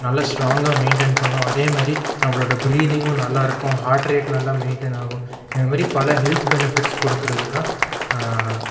நல்லா ஸ்ட்ராங்காக மெயின்டென் பண்ணும் அதே மாதிரி நம்மளோட பிரீதிங்கும் நல்லா இருக்கும் ஹார்ட் ரேட் நல்லா மெயின்டென் ஆகும் இந்த மாதிரி பல ஹெல்த் பெனிஃபிட்ஸ் கொடுக்கறது தான்